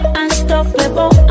unstoppable